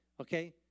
Okay